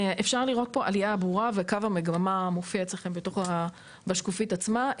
אפשר לראות פה עלייה ברורה וקו המגמה מופיע אצלכם בתוך השקופית עצמה,